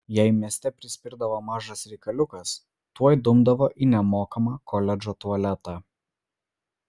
jei mieste prispirdavo mažas reikaliukas tuoj dumdavo į nemokamą koledžo tualetą